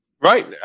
Right